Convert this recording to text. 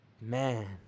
Man